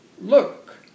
look